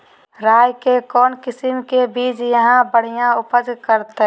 राई के कौन किसिम के बिज यहा बड़िया उपज करते?